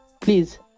please